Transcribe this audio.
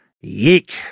Yeek